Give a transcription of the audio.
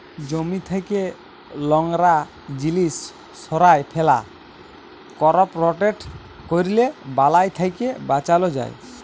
জমি থ্যাকে লংরা জিলিস সঁরায় ফেলা, করপ রটেট ক্যরলে বালাই থ্যাকে বাঁচালো যায়